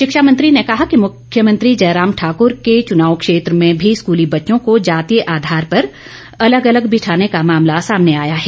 शिक्षा मंत्री ने कहा कि मुख्यमंत्री जयराम ठाकूर के चुनाव क्षेत्र में भी स्कूली बच्चों को जातीय आधार पर अलग अलग बिठाने का मामला सामने आया है